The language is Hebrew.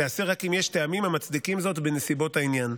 תיעשה רק אם יש טעמים המצדיקים זאת בנסיבות העניין.